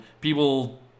people